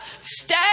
stay